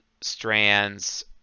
strands